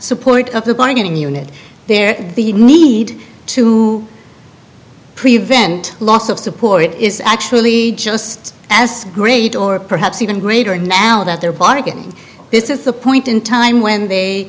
support of the bargaining unit there the need to prevent loss of support is actually just as great or perhaps even greater now that they're bargaining this is the point in time when they